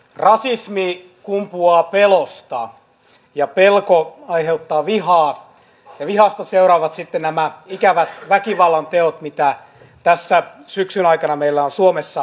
rasismi kumpuaa pelosta ja pelko aiheuttaa vihaa ja vihasta seuraavat sitten nämä ikävät väkivallanteot mitä tässä syksyn aikana meillä on suomessa nähty